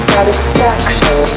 Satisfaction